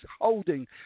holding